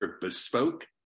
bespoke